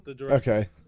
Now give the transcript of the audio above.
Okay